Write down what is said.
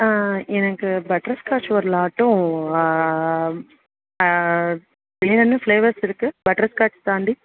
எனக்கு butterscotch ஒரு லாட்டும் வேறு என்ன ஃபிளேவர்ஸ் இருக்குது பட்டர் ஸ்காட்ச் தாண்டி